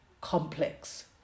complex